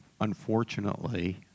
unfortunately